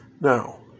now